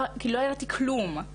כי לא ידעתי כלום.